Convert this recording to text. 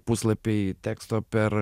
puslapiai teksto per